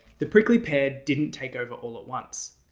the prickly pear didn't take over all at once,